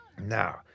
Now